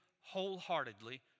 wholeheartedly